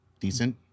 decent